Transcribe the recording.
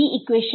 ഈ ഇക്വേഷൻ